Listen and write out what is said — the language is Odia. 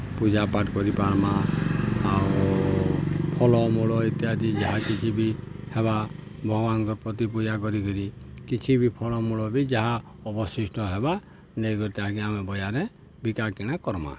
ପୂଜାପାଠ୍ କରିପାର୍ମା ଆଉ ଫଳମୂଳ ଇତ୍ୟାଦି ଯାହା କିଛି ବି ହେବା ଭଗବାନଙ୍କର ପ୍ରତି ପୂଜା କରିକିରି କିଛି ବି ଫଳମୂଳ ବି ଯାହା ଅବଶିଷ୍ଟ ହେବା ନେଇକରି ତାହାକେ ଆମେ ବିକା କିଣା କର୍ମା